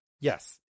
Yes